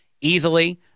easily